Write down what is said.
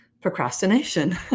procrastination